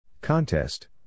Contest